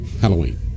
Halloween